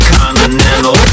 Continental